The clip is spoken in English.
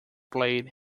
blade